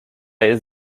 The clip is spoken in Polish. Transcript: jest